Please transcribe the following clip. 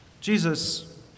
Jesus